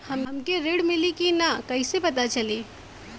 हमके ऋण मिली कि ना कैसे पता चली?